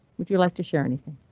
would you like to share anything?